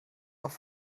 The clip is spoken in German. noch